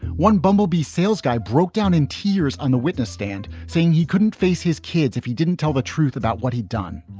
one bumblebee sales guy broke down in tears on the witness stand, saying he couldn't face his kids if he didn't tell the truth about what he'd done.